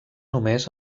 només